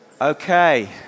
Okay